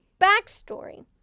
Backstory